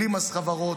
בלי מס חברות,